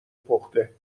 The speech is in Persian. پخته